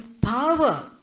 power